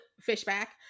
Fishback